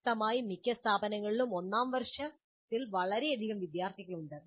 വ്യക്തമായും മിക്ക സ്ഥാപനങ്ങളിലും ഒന്നാം വർഷത്തിൽ വളരെയധികം വിദ്യാർത്ഥികളുണ്ട്